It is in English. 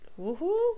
Woohoo